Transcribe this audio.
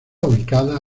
ubicada